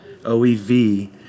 OEV